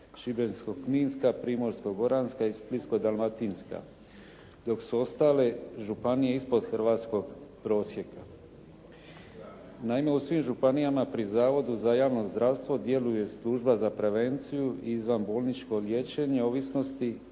Šibensko-kninska, Primorsko-goranska i Splitsko-dalmatinska dok su ostale županije ispod hrvatskog prosjeka. Naime u svim županijama pri Zavodu za javno zdravstvo djeluje Služba za prevenciju i za bolničko liječenje ovisnosti